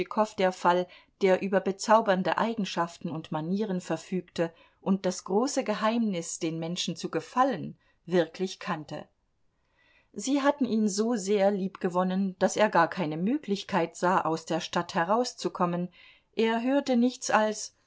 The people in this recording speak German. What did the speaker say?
tschitschikow der fall der über bezaubernde eigenschaften und manieren verfügte und das große geheimnis den menschen zu gefallen wirklich kannte sie hatten ihn so sehr liebgewonnen daß er gar keine möglichkeit sah aus der stadt herauszukommen er hörte nichts als